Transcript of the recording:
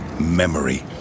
Memory